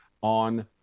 on